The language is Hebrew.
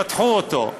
מתחו אותו,